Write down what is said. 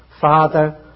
Father